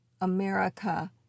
America